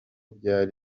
byari